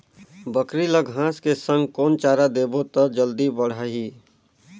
बकरी ल घांस के संग कौन चारा देबो त जल्दी बढाही?